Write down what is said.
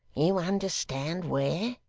you understand where